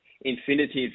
Infinitive